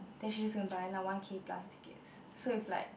then she just going to buy one K plus ticket so is like